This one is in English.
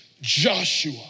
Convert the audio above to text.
Joshua